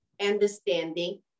understanding